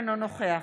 אינו נוכח